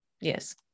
Yes